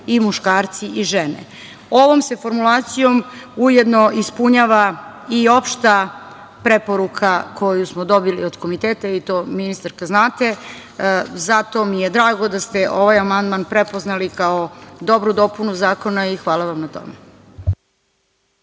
i muškarci i žene. Ovom se formulacijom ujedno ispunjava i opšta preporuka koju smo dobili od komiteta i to vi, ministarka znate, i zato mi je drago da ste ovaj amandman prepoznali kao dobru dopunu zakona i hvala vam na tome.